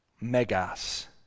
Megas